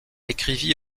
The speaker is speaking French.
écrivit